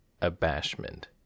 Abashment